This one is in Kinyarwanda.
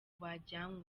bajyanywe